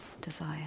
desire